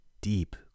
deep